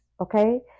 Okay